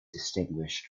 distinguished